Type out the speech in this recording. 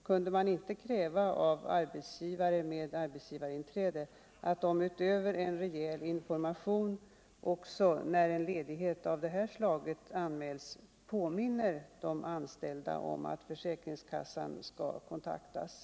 Kunde man inte kräva av arbetsgivare med arbetsgivarinträde att de utöver en rejäl information också, när en ledighet av det här slaget anmäls, påminner den anställde om att försäkringskassan skall kontaktas?